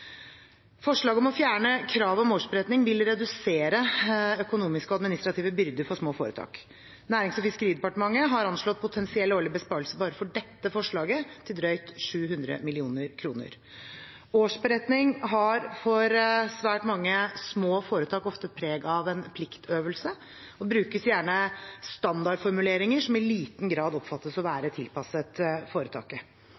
Forslaget om å fjerne kravet om årsberetning vil redusere økonomiske og administrative byrder for små foretak. Nærings- og fiskeridepartementet har anslått potensiell årlig besparelse bare for dette forslaget til drøyt 700 mill. kr. Årsberetning har for svært mange små foretak ofte preg av å være en pliktøvelse, og det brukes gjerne standardformuleringer som i liten grad oppfattes å